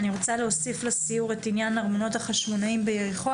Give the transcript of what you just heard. אני רוצה להוסיף לסיור את ארמונות חשמונאים ביריחו,